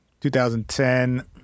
2010